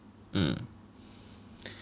mm